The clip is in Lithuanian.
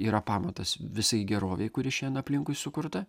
yra pamatas visai gerovei kuri šiandien aplinkui sukurta